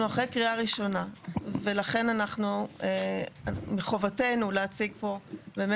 אנחנו אחרי קריאה ראשונה ולכן מחובתנו להציג פה את